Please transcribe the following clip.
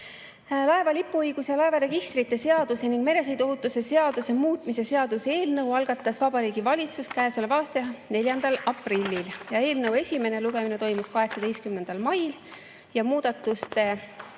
Laeva lipuõiguse ja laevaregistrite seaduse ning meresõiduohutuse seaduse muutmise seaduse eelnõu algatas Vabariigi Valitsus käesoleva aasta 4. aprillil. Eelnõu esimene lugemine toimus 18. mail ja muudatusettepanekute